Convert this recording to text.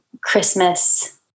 Christmas